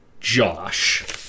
Josh